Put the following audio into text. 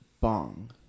Bong